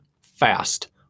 fast